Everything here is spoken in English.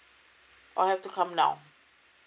err or have to come down